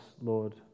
Lord